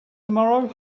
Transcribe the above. tomorrow